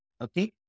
Okay